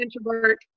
introvert